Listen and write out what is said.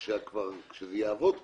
כשזה יעבוד כבר.